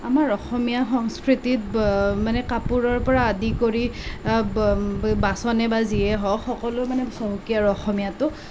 আমাৰ অসমীয়া সংস্কৃতিত মানে কাপোৰৰ পৰা আদি কৰি বাচনে বা যিয়ে হওক সকলো মানে চহকী আৰু অসমীয়াটো